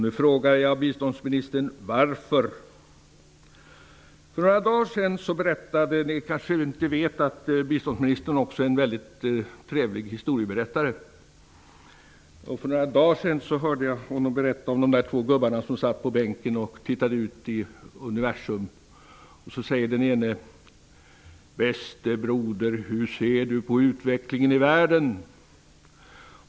Nu frågar jag biståndsministern: Varför? Många kanske inte vet att biståndsministern också är en mycket trevlig historieberättare. För några dagar sedan hörde jag honom berätta om två gubbar som satt på en bänk och tittade ut i universum. Den ene säger: Bäste broder, hur ser du på utvecklingen i världen?